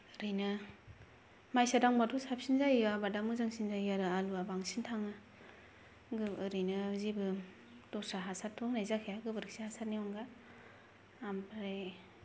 ओरैनो मायसा दांबाथ' साबसिन जायो आबादा मोजांसिन जायो आरो आलुआ बांसिन थाङो ओरैनो जेबो दस्रा हासारथ' होनाय जाखाया गोबोरखि हासारनि अनगा ओमफ्राय